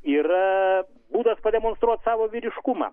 yra būdas pademonstruot savo vyriškumą